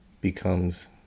becomes